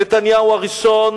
נתניהו הראשון